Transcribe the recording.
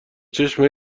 چشم